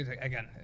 again